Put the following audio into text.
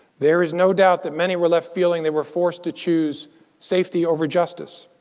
there is no doubt that many were left feeling they were forced to choose safety over justice.